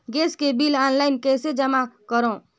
Gas के bill online कइसे जमा करव?